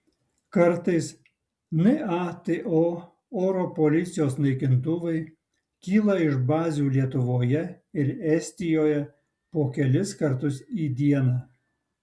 kartais nato oro policijos naikintuvai kyla iš bazių lietuvoje ir estijoje po kelis kartus į dieną